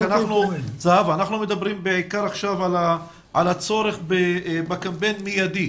אנחנו מדברים בעיקר עכשיו על הצורך בקמפיין מיידי,